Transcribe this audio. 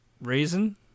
reason